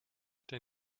der